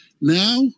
Now